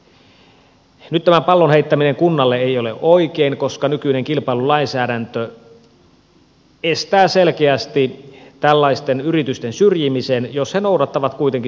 nyt tämän pallon heittäminen kunnalle ei ole oikein koska nykyinen kilpailulainsäädäntö estää selkeästi tällaisten yritysten syrjimisen jos he noudattavat kuitenkin suomen lakia